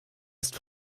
ist